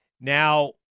Now